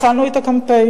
התחלנו את הקמפיין.